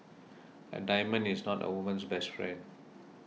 a diamond is not a woman's best friend